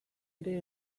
ere